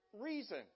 reason